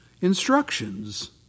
instructions